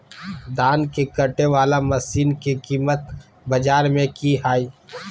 धान के कटे बाला मसीन के कीमत बाजार में की हाय?